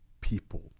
people